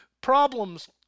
Problems